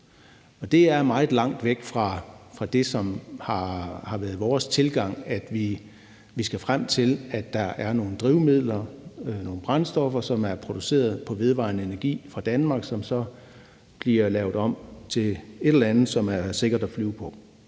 Og det er meget langt væk fra det, som har været vores tilgang, nemlig at vi skal frem til, at der er nogle drivmidler, nogle brændstoffer, som er produceret på vedvarende energi fra Danmark, som så bliver lavet om til et eller andet, som er sikkert at flyve på.